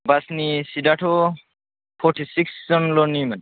बासनि सिटआथ' forty six जोनल'निमोन